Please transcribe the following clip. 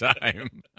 time